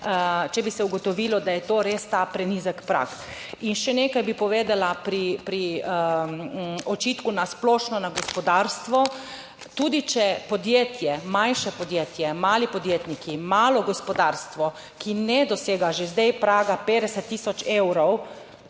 če bi se ugotovilo, da je to res ta prenizek prag. In še nekaj bi povedala, pri očitku na splošno na gospodarstvo. Tudi če podjetje, manjše podjetje, mali podjetniki, malo gospodarstvo, ki ne dosega že zdaj praga 50 tisoč evrov,